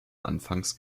anfangs